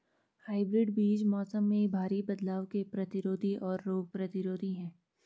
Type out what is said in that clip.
hybrid बीज मौसम में भारी बदलाव के प्रतिरोधी और रोग प्रतिरोधी हैं